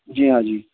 جی ہاں جی